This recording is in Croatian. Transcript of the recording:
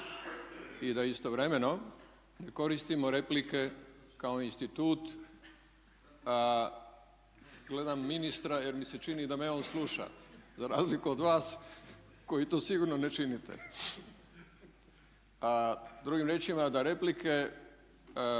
I da istovremeno koristimo replike kao institut. Gledam ministra jer mi se čini da me on sluša za razliku od vas koji to sigurno ne činite. Drugim riječima da replike